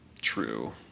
true